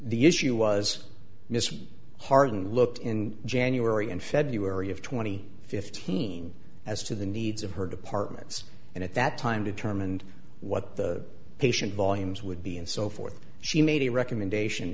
the issue was mr harding looked in january and february of twenty fifteen as to the needs of her departments and at that time determined what the patient volumes would be and so forth she made a recommendation